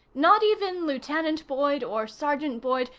not even lieutenant boyd, or sergeant boyd.